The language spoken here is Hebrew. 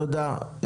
תודה.